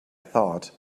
thought